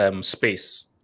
space